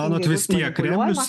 manot vis tiek kremlius